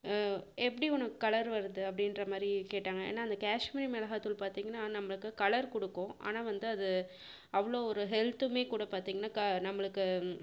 எப்படி உனக்கு கலர் வருது அப்படின்ற மாதிரி கேட்டாங்க ஏன்னால் அந்த கஷ்மீரி மிளகாத்தூள் பார்த்தீங்கன்னா நம்மளுக்கு கலர் கொடுக்கும் ஆனால் வந்து அது அவ்வளோ ஒரு ஹெல்த்துமே கூட பார்த்தீங்கன்னா க நம்மளுக்கு